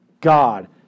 God